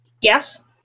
Yes